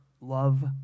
love